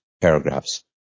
paragraphs